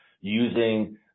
using